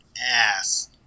ass